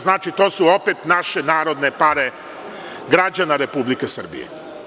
Znači, to su opet naše narodne pare, građana Republike Srbije.